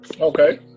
okay